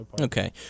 Okay